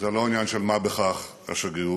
זה לא עניין של מה בכך, השגרירות.